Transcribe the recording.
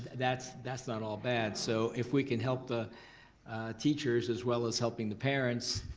that's that's not all bad. so if we can help the teachers as well as helping the parents,